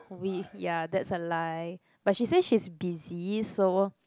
we ya that's a lie but she said she is busy so